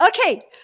Okay